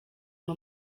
ngo